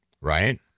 Right